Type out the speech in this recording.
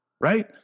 right